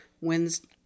Wednesday